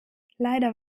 leider